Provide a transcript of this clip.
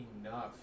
enough